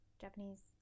Japanese